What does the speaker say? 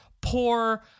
poor